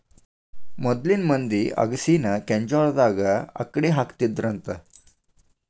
ಮೊದ್ಲಿನ ಮಂದಿ ಅಗಸಿನಾ ಕೆಂಜ್ವಾಳದಾಗ ಅಕ್ಡಿಹಾಕತ್ತಿದ್ರಂತ